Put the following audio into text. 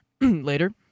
later